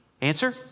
Answer